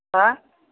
मा